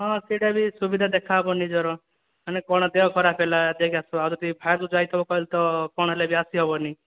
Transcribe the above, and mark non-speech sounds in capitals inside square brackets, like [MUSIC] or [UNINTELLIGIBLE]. ହଁ ସେଇଟା ବି ସୁବିଧା ଦେଖା ହେବ ନିଜର ମାନେ କଣ ଦେହ ଖରାପ ହେଲା [UNINTELLIGIBLE] ଫାଷ୍ଟ ଯାଇଥିବ ତାହେଲ ତ କଣ ହେଲେ ବି ଆସିହେବନି